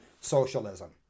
socialism